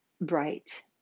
bright